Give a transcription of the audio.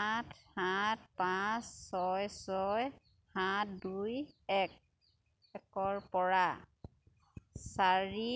আঠ সাত পাঁচ ছয় ছয় সাত দুই একৰ পৰা চাৰি